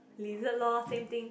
lizard lor same thing